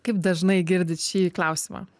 kaip dažnai girdit šį klausimą